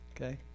Okay